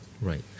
Right